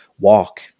walk